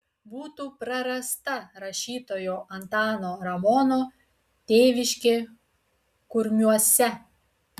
būtų prarasta rašytojo antano ramono tėviškė kurmiuose